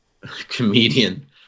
comedian